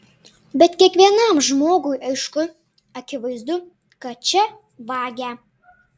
bet kiekvienam žmogui aišku akivaizdu kad čia vagia